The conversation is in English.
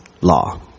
law